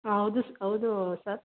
ಹೌದು ಹೌದು ಸರ್